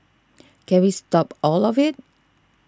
can we stop all of it